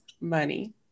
money